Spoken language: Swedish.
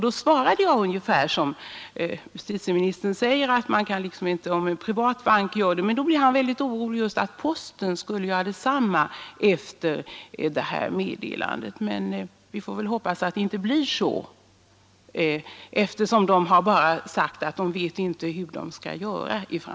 Jag svarade ungefär som justitieministern om en privatbank osv. Detta kunde accepteras men inte att posten skulle införa samma bestämmelser. Vi hoppas att det inte blir sådana bestämmelser i postverket eller andra statliga verk.